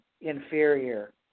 inferior